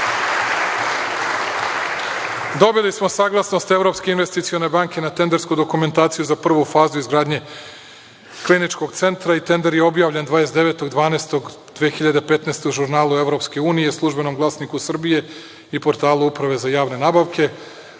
smo saglasnost evropske investicione na tendersku dokumentaciju za prvu fazu izgradnje kliničkog centra i tender je objavljen 29.12.2015. godine u žurnalu EU, „Službenom Glasniku Srbije“ i portalu Uprave za javne nabavke.